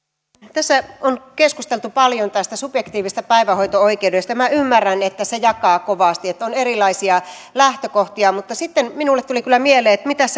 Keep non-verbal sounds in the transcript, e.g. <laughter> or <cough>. tässä on keskusteltu paljon tästä subjektiivisesta päivähoito oikeudesta ja minä ymmärrän että se jakaa kovasti mielipiteitä on erilaisia lähtökohtia mutta sitten minulle tuli kyllä mieleen että mitäs <unintelligible>